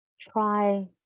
try